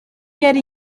yari